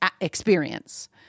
experience